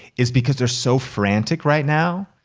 is because they're so frantic right now.